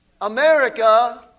America